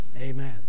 Amen